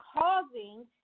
causing